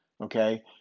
Okay